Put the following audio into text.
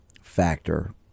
factor